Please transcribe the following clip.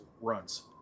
runs